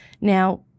Now